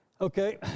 Okay